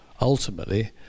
ultimately